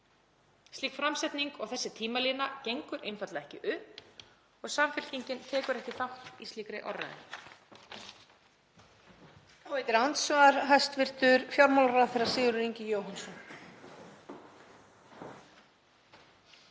Slík framsetning og sú tímalína gengur einfaldlega ekki upp og Samfylkingin tekur ekki þátt í slíkri orðræðu.